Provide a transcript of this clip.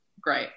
great